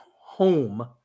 home